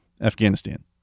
Afghanistan